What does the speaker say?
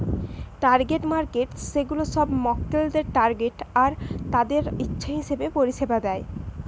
target markets সেগুলা সব মক্কেলদের টার্গেট করে আর তাদের ইচ্ছা হিসাবে পরিষেবা দেয়